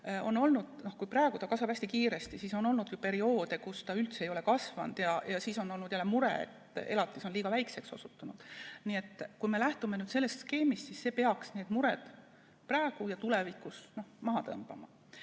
on olnud nii, et praegu ta kasvab hästi kiiresti, aga on olnud perioode, kus ta üldse ei ole kasvanud, ja siis on olnud mure, et elatis on liiga väikeseks osutunud. Nii et kui me lähtume sellest uuest skeemist, siis see peaks need mured praegu ja tulevikus maha tõmbama. Mis